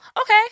okay